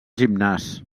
gimnàs